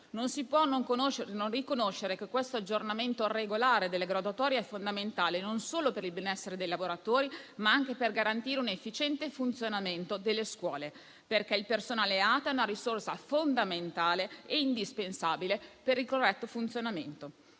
Non si può non riconoscere che questo aggiornamento regolare delle graduatorie è fondamentale non solo per il benessere dei lavoratori, ma anche per garantire un efficiente funzionamento delle scuole, perché il personale ATA è una risorsa fondamentale e indispensabile per il loro corretto funzionamento.